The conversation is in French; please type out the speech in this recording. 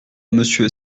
monsieur